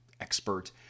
expert